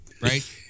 right